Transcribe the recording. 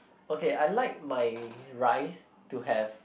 okay I like my rice to have